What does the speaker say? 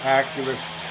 activist